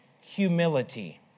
humility